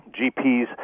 GPs